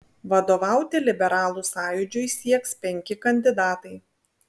vadovauti liberalų sąjūdžiui sieks penki kandidatai